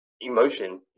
emotion